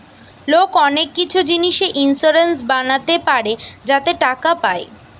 লোক অনেক কিছু জিনিসে ইন্সুরেন্স বানাতে পারে যাতে টাকা পায়